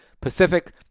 Pacific